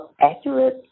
accurate